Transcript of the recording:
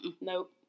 Nope